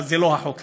אז זה לא החוק הזה.